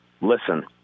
Listen